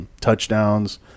touchdowns